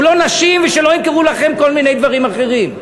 הוא לא נשים, ושלא ימכרו לכם כל מיני דברים אחרים.